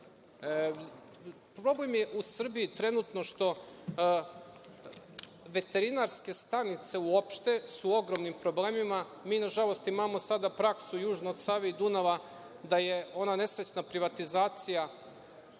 Problem je u Srbiji trenutno što veterinarske stanice u opšte su u ogromnim problemima. Mi nažalost, sada imamo praksu, južno od Save i Dunava, da je ona nesrećna privatizacija